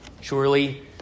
surely